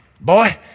Boy